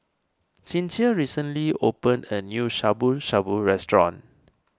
Sincere recently opened a new Shabu Shabu restaurant